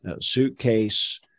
suitcase